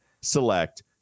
select